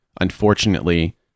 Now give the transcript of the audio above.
unfortunately